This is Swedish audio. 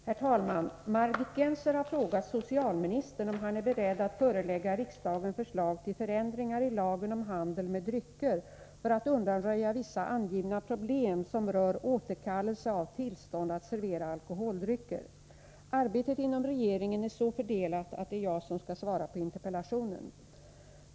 Herr talman! Margit Gennser har frågat socialministern om han är beredd att förelägga riksdagen förslag till förändringar i lagen om handel med drycker för att undanröja vissa angivna problem som rör återkallelse av tillstånd att servera alkoholdrycker. Arbetet inom regeringen är så fördelat att det är jag som skall svara på interpellationen.